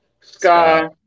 Sky